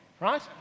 right